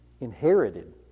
inherited